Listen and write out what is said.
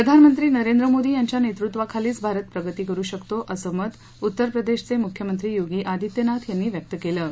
प्रधानमंत्री नरेंद्र मोदी यांच्या नेतृत्वाखालीच भारत प्रगती करू शकतो असं मत उत्तर प्रदेशाचे मुख्यमंत्री योगी आदित्यनाथ यांनी व्यक्त केलं आहे